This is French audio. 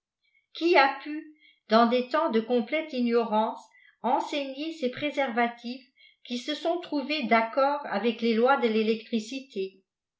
oaaveu qulat u dans des temps de complète ignorance enseigner ses préservatifs qui se mnt trouvés d accord avec les lois de télectricité